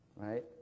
Right